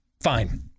fine